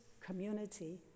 community